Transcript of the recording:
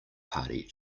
party